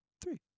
Three